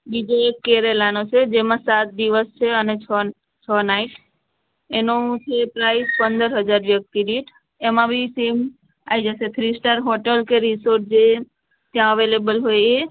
બીજું એક કેરળનો છે જેમાં સાત દિવસ છે અને છ નાઈટ એનો છે પ્રાઇસ પંદર હજાર વ્યક્તિ દીઠ એમાં બી સેમ આવી જશે થ્રી સ્ટાર હોટલ કે રિસોટ જે ત્યાં અવેલેબલ હોય એ